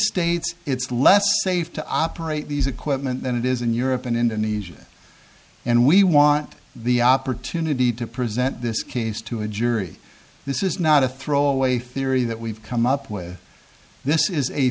states it's less safe to operate these equipment than it is in europe and indonesia and we want the opportunity to present this case to a jury this is not a throwaway theory that we've come up with this is a